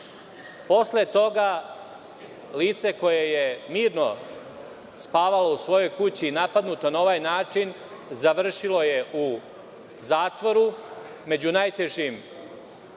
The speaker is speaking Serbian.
Posle toga lice, koje je mirno spavalo u svojoj kući, napadnuto na ovaj način završilo je u zatvoru među najtežim